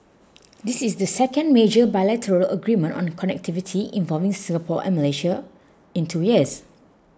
this is the second major bilateral agreement on connectivity involving Singapore and Malaysia in two years